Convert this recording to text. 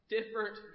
Different